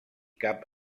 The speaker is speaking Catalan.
cap